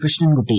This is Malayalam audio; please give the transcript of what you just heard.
കൃഷ്ണൻകുട്ടി